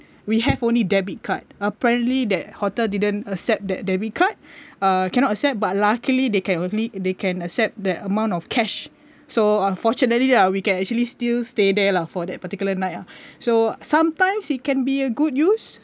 we have only debit card apparently that hotel didn't accept that debit card uh cannot accept but luckily they can only they can accept that amount of cash so ah fortunately ya we can actually still stay there lah for that particular night ah so sometimes it can be a good use